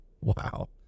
Wow